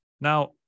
Now